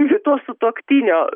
to sutuoktinio